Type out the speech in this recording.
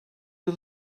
you